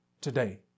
today